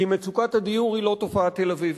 כי מצוקת הדיור היא לא תופעה תל-אביבית.